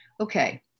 okay